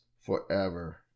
forever